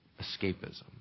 escapism